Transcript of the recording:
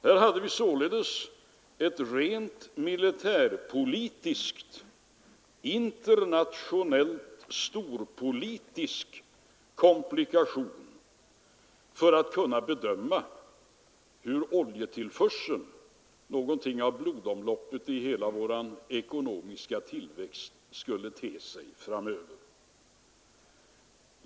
Där hade vi således en rent militärpolitisk, internationellt storpolitisk komplikation när det gällde att bedöma hur oljetillförseln — någonting av blodomloppet i hela vår ekonomiska tillväxt — skulle te sig framöver.